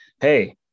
hey